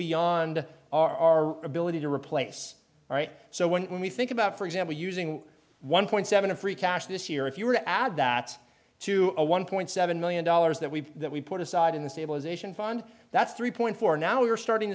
beyond our ability to replace all right so when we think about for example using one point seven free cash this year if you were to add that to a one point seven million dollars that we've that we put aside in the stabilization fund that's three point four now we are starting